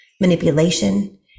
manipulation